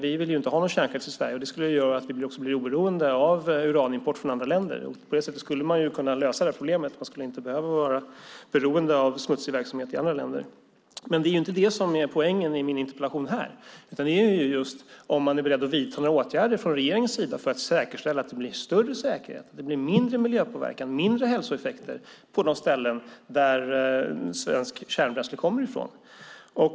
Vi vill inte ha någon kärnkraft i Sverige, och det skulle göra att vi också blir oberoende av uranimport från andra länder. På det sättet skulle man alltså kunna lösa detta problem. Man skulle inte behöva vara beroende av smutsig verksamhet i andra länder. Men det är inte det som är poängen i min interpellation, utan det är just om man från regeringens sida är beredd att vidta några åtgärder för att säkerställa att det blir större säkerhet, mindre miljöpåverkan och mindre hälsoeffekter på de ställen som svenskt kärnbränsle kommer ifrån.